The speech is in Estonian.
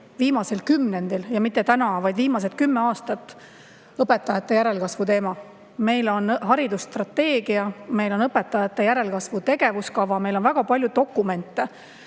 viimasel kümnendil – jah, mitte täna, vaid viimased kümme aastat – õpetajate järelkasvu teema. Meil on haridusstrateegia, meil on õpetajate järelkasvu tegevuskava, meil on väga palju Eesti